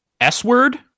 S-word